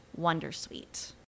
wondersuite